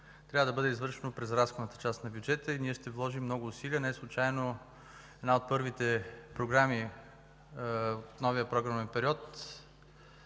трябва да бъде извършена през разходната част на бюджета. Ние ще вложим много усилия. Неслучайно една от първите програми от новия програмен период